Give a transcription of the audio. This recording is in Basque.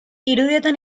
irudietan